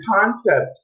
concept